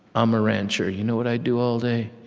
um a rancher. you know what i do all day?